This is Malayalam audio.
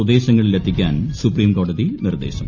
സ്വദേശങ്ങളിൽ എത്തിക്കാൻ സൂപ്രീംകോടതി നിർദ്ദേശം